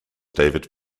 david